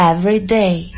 Everyday